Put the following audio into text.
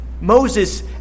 Moses